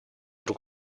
друг